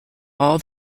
all